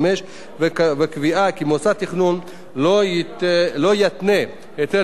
וקביעה כי מוסד תכנון לא יתנה היתר לביצוע עבודה